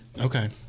Okay